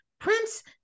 Prince